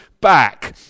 back